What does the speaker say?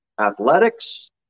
athletics